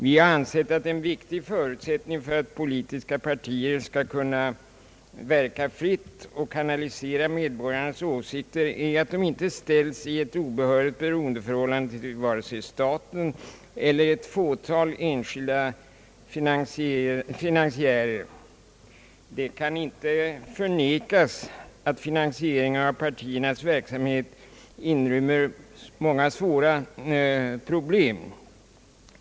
Vi har ansett att en viktig förutsättning för att politiska partier skall kunna verka fritt och kanalisera medborgarnas åsikter är att de inte ställs i ett obehörigt beroendeförhållande till vare sig staten eller ett fåtal enskilda finansiärer. Det kan inte förnekas, att finansieringen av partiernas verksamhet inrymmer många svåra problem.